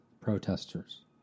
protesters